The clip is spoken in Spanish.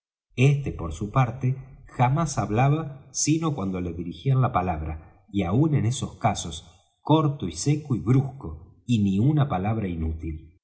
este por su parte jamás hablaba sino cuando le dirigían la palabra y aun en esos casos corto y seco y brusco y ni una palabra inútil